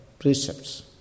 precepts